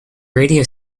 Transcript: radio